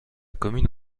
commune